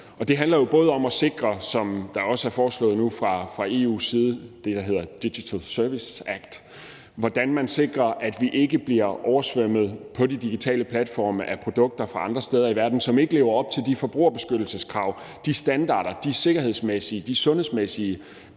det handler jo om – jævnfør det, som også er foreslået nu fra EU's side, altså det, der hedder Digital Services Act – hvordan man sikrer, at vi ikke på de digitale platforme bliver oversvømmet af produkter fra andre steder i verden, som ikke lever op til de forbrugerbeskyttelseskrav, de standarder og sikkerhedsmæssige og sundhedsmæssige